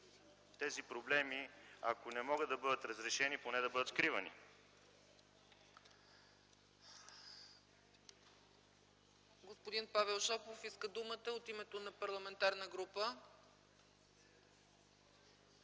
тези проблеми, ако не могат да бъдат разрешени, поне да бъдат скривани.